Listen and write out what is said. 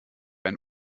ein